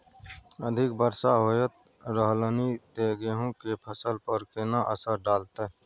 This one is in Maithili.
अधिक वर्षा होयत रहलनि ते गेहूँ के फसल पर केतना असर डालतै?